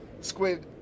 squid